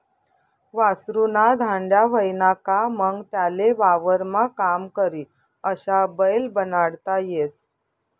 वासरु ना धांड्या व्हयना का मंग त्याले वावरमा काम करी अशा बैल बनाडता येस